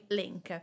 link